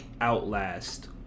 Outlast